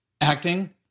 acting